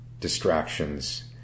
distractions